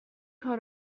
کار